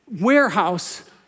warehouse